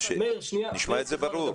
שנשמע את זה ברור.